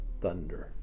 thunder